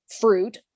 fruit